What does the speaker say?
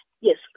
Yes